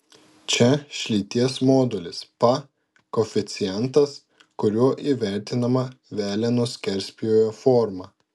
čia šlyties modulis pa koeficientas kuriuo įvertinama veleno skerspjūvio forma